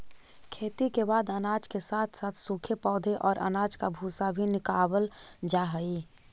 खेती के बाद अनाज के साथ साथ सूखे पौधे और अनाज का भूसा भी निकावल जा हई